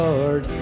Lord